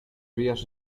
vías